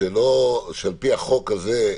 לפי החוק הזה,